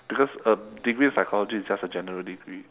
because um degree in psychology is just a general degree